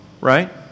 right